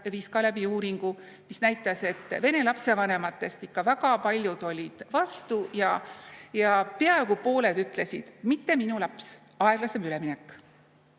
läbi uuringu, mis näitas, et vene lapsevanematest ikka väga paljud olid vastu ja peaaegu pooled ütlesid: mitte minu laps, aeglasem üleminek.